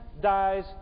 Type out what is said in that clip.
dies